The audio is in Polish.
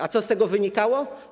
A co z tego wynikało?